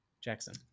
Jackson